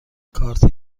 کارت